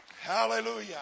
Hallelujah